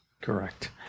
Correct